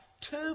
two